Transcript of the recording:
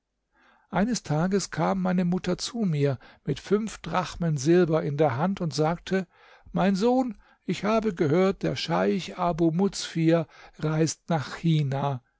eines tages kam meine mutter zu mir mit fünf drachmen silber in der hand und sagte mein sohn ich habe gehört der scheich abu muzfir reist nach china